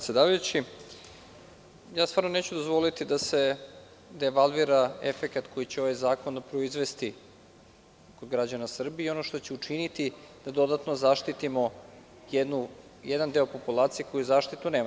Stvarno neću dozvoliti da se devalvira efekat koji će ovaj zakon proizvesti kod građana Srbije i ono što ću učiniti da dodatno zaštitimo jedan deo populacije koji zaštitu nema.